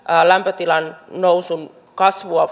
lämpötilan nousun kasvua